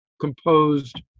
composed